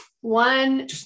one